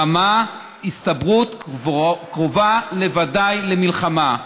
ברמת הסתברות קרובה לוודאי למלחמה.